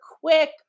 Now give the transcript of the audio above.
quick